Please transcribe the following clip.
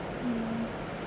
mm